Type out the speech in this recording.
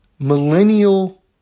millennial